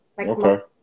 okay